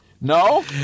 No